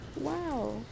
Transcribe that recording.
Wow